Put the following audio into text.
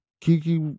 Kiki